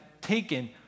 taken